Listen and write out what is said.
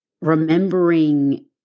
remembering